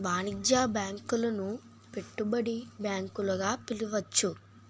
వాణిజ్య బ్యాంకులను పెట్టుబడి బ్యాంకులు గా పిలవచ్చు